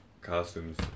costumes